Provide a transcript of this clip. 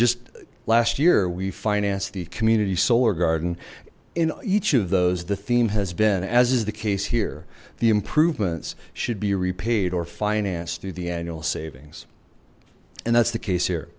just last year we financed the community solar garden in each of those the theme has been as is the case here the improvements should be repaid or financed through the annual savings and that's the case here